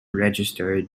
register